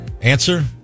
Answer